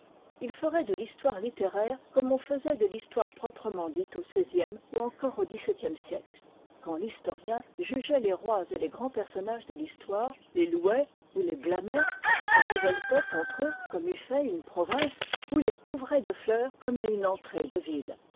il ferait de l'histoire littéraire comme on faisait de l'histoire proprement dite au xvie ou encore au xviie siècle quand l'historien jugeait les rois et les grands personnages de l'histoire les louait ou les blâmait se révoltait contre eux comme eût fait une province ou les couvrait de fleurs comme à une entrée de ville